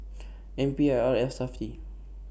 N P I R and Safti